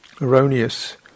erroneous